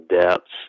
depths